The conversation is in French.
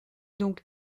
donc